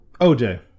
OJ